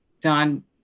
done